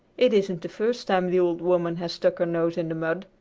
it isn't the first time the old woman has stuck her nose in the mud,